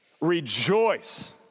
rejoice